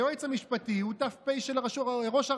היועץ המשפטי הוא ת"פ של ראש הרשות.